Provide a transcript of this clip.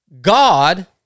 God